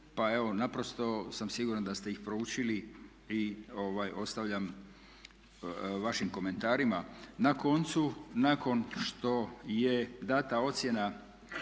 naprosto sam siguran da ste ih proučili i ostavljam vašim komentarima.